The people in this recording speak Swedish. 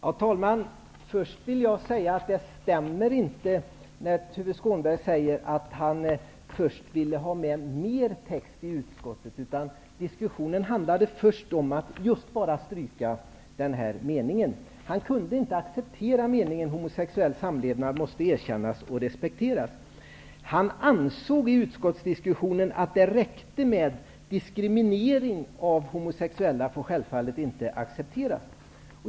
Herr talman! Det stämmer inte när Tuve Skånberg säger att han först ville ha med mer text i betänkandet. Diskussionen handlade först bara om att stryka den här meningen. Han kunde inte acceptera meningen: ''Homosexuell samlevnad måste erkännas och respekteras.'' Han ansåg att det räckte med: ''Diskriminering av homosexuella får självfallet inte accepteras.''